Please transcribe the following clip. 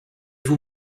vous